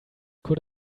could